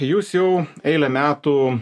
jūs jau eilę metų